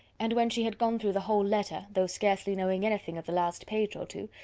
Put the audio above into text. and when she had gone through the whole letter, though scarcely knowing anything of the last page or two,